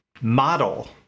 model